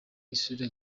isura